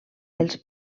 els